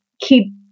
keep